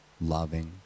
loving